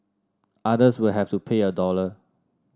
others will have to pay a dollar